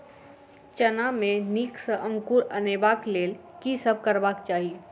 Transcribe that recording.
चना मे नीक सँ अंकुर अनेबाक लेल की सब करबाक चाहि?